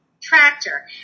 tractor